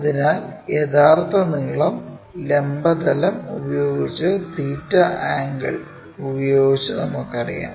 അതിനാൽ യഥാർത്ഥ നീളം ലംബ തലം ഉപയോഗിച്ച് തീറ്റ ആംഗിൾ ഉപയോഗിച്ച് നമുക്കറിയാം